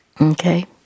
Okay